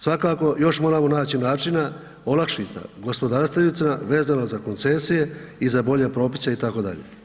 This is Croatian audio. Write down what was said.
Svakako još moramo naći načina olakšica gospodarstvenicima vezano za koncesije i za bolje propise itd.